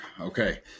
Okay